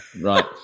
right